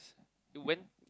it went